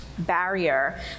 barrier